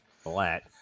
flat